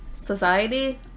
society